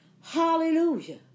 Hallelujah